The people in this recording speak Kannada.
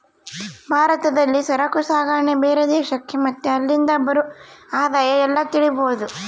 ಭಾರತದಲ್ಲಿ ಸರಕು ಸಾಗಣೆ ಬೇರೆ ದೇಶಕ್ಕೆ ಮತ್ತೆ ಅಲ್ಲಿಂದ ಬರೋ ಆದಾಯ ಎಲ್ಲ ತಿಳಿಬೋದು